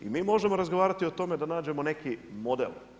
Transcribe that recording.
I mi možemo razgovarati o tome da nađemo neki model.